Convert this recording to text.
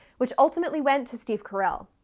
which ultimately went to steve carell.